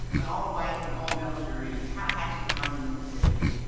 an all white and all male jury in tallahatchie county, mississippi,